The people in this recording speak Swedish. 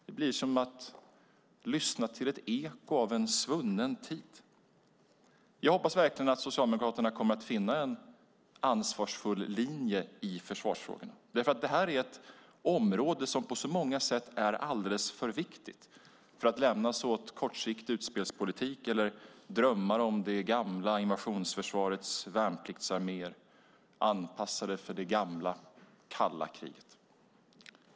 Det blir som att lyssna till ett eko av en svunnen tid. Jag hoppas verkligen att Socialdemokraterna kommer att finna en ansvarsfull linje i försvarsfrågorna därför att det här är ett område som på så många sätt är alldeles för viktigt för att lämnas åt kortsiktig utspelspolitik eller drömmar om det gamla invasionsförsvarets värnpliktsarméer anpassade för det gamla kalla kriget.